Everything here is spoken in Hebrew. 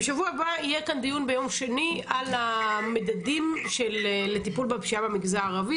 בשבוע הבא יהיה כאן דיון ביום שני על המדדים לטיפול בפשיעה במגזר הערבי.